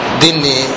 dini